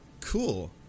cool